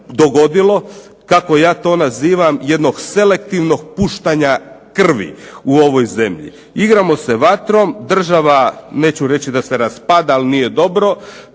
dogodilo. Kako ja to nazivam jednog selektivnog puštanja krvi u ovoj zemlji. Igramo se vatrom, država se neću reći raspada, ali nije dobro,